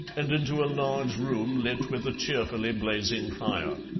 and into a large room lit with a cheerfully blazing fire.